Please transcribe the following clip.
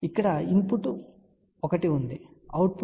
కాబట్టి ఇక్కడ ఇన్పుట్ 1 ఉంది అవుట్పుట్ 2 3 4